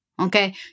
okay